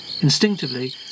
Instinctively